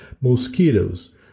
mosquitoes